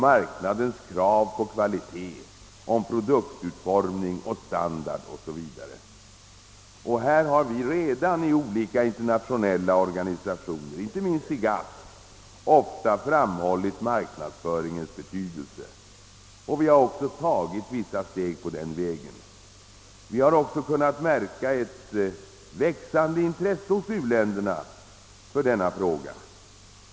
marknadernas krav på kvalitet, om produktutformning, standard o. s. v. Vi har redan i olika internationella organisationer — inte minst i GATT — ofta framhållit marknadsföringens betydelse. Vi har också tagit vissa steg på den vägen. Vi har även kunnat märka ett växande intresse hos u-länderna för denna fråga.